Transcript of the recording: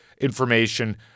information